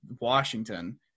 Washington